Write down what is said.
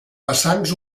vessants